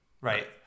Right